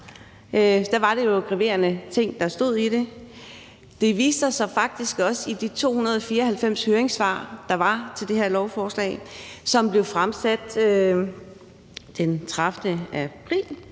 kom, var det jo graverende ting, der stod i det. Det viste sig faktisk også i de 294 siders høringssvar, der var til det her lovforslag, som blev fremsat den 30. april.